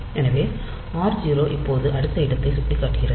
எனவே r0 இப்போது அடுத்த இடத்தை சுட்டிக்காட்டுகிறது